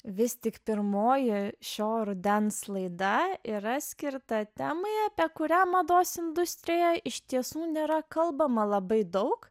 vis tik pirmoji šio rudens laida yra skirta temai apie kurią mados industrijoje iš tiesų nėra kalbama labai daug